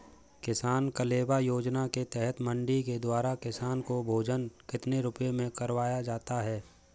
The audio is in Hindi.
किसान कलेवा योजना के तहत मंडी के द्वारा किसान को भोजन कितने रुपए में करवाया जाता है?